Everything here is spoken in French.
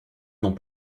n’ont